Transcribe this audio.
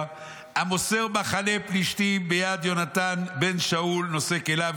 והמוסר מחנה פלישתים ביד יהונתן בן שאול ונושא כליו".